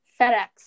FedEx